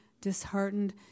disheartened